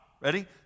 Ready